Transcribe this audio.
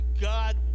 God